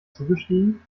zugestiegen